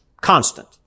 Constant